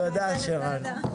תודה רבה.